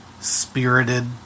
Spirited